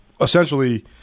essentially